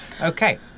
Okay